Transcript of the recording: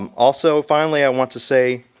um also, finally, i want to say,